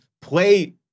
play